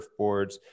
surfboards